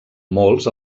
molts